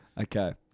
Okay